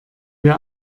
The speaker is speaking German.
wir